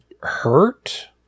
hurt